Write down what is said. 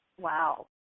Wow